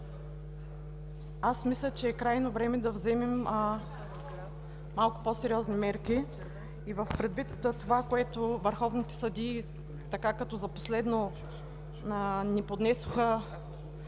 мисля, че е крайно време да вземем малко по-сериозни мерки и предвид това, което върховните съдии като за последно ни поднесоха,